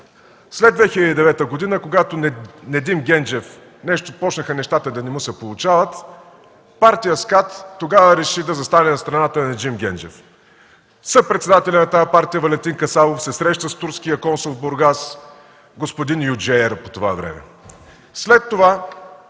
След 2009 г., когато на Недим Генджев нещата започнаха да не му се получават, Партия „СКАТ” тогава, реши да застане на страната на Неджим Генджев. Съпредседателят на тази партия Валентин Касабов се среща с турския консул в Бургас господин Юджеер по това време.